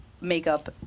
makeup